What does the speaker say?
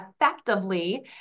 effectively